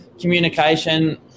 communication